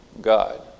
God